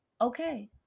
okay